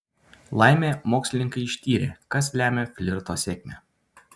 laimė mokslininkai ištyrė kas lemia flirto sėkmę